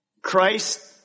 Christ